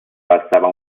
passava